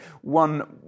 one